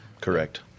Correct